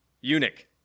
eunuch